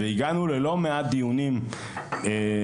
והגענו ללא מעט דיונים בוועדה,